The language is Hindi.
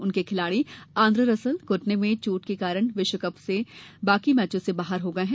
उसके खिलाडी आंद्रे रसल घुटने में चोट के कारण विश्व कप के बाकी मैचों से बाहर हो गए हैं